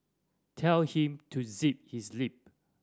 tell him to zip his lip